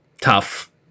tough